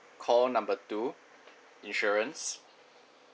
call number two insurance